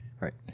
Right